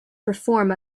perform